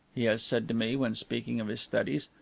he has said to me when speaking of his studies,